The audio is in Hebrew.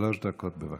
שלוש דקות, בבקשה.